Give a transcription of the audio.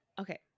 Okay